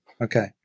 Okay